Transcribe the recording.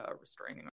restraining